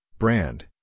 brand